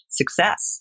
success